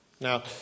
Now